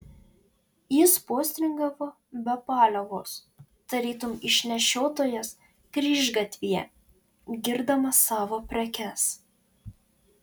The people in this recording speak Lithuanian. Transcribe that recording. jis postringavo be paliovos tarytum išnešiotojas kryžgatvyje girdamas savo prekes